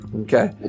Okay